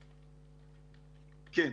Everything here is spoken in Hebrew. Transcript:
כן.